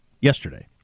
yesterday